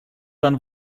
dann